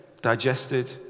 digested